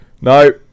no